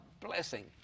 blessing